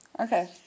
Okay